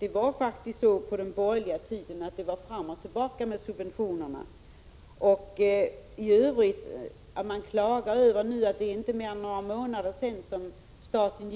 Det var faktiskt så på den borgerliga regeringstiden att det var fram och tillbaka med subventionerna. Man klagar nu över att det inte är mer än några månader sedan som staten